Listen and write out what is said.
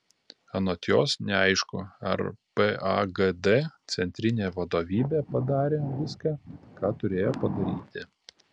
anot jos neaišku ar pagd centrinė vadovybė padarė viską ką turėjo padaryti